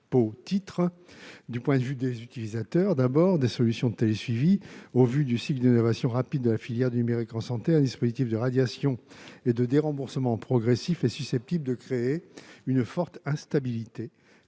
pour deux raisons. Pour les utilisateurs des solutions de télésuivi, au vu du cycle d'innovation rapide de la filière du numérique en santé, un dispositif de radiation et de déremboursement progressif est susceptible de créer une forte instabilité